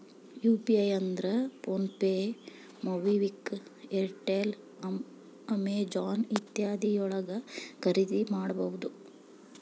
UPI ಇದ್ರ PhonePe MobiKwik Airtel Amazon ಇತ್ಯಾದಿ ಯೊಳಗ ಖರಿದಿಮಾಡಬಹುದು